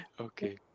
Okay